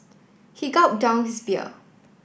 he gulped down his beer